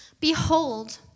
Behold